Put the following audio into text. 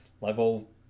level